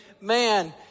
man